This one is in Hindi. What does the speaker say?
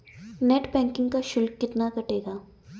नेट बैंकिंग का शुल्क कितना कटेगा?